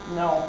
no